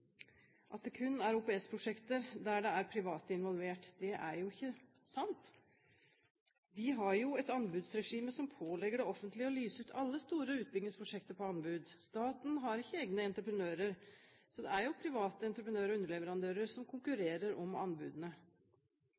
OPS-prosjekter der kun det offentlige er involvert, er ikke sant. Vi har jo et anbudsregime som pålegger det offentlige å lyse ut alle store utbyggingsprosjekter på anbud. Staten har ikke egne entreprenører, så det er private entreprenører og underleverandører som konkurrerer om anbudene.